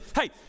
Hey